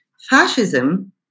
fascism